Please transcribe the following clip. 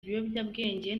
ibiyobyabwenge